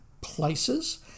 places